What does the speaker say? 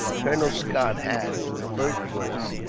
colonel scott had, in the first place,